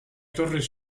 torres